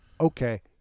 okay